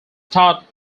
taught